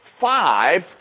five